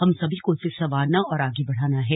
हम सभी को इसे संवारना और आगे बढ़ाना है